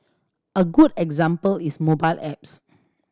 a good example is mobile apps